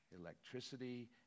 electricity